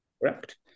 Correct